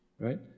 Right